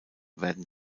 werden